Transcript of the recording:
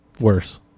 worse